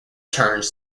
turns